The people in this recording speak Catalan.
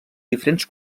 diferents